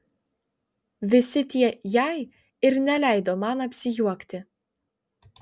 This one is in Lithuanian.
visi tie jei ir neleido man apsijuokti